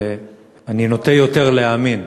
אני נוטה יותר להאמין.